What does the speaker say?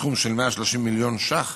סכום של 130 מיליון ש"ח